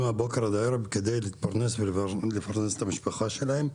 מהבוקר עד הערב כדי להתפרנס ולפרנס את המשפחה שלהם,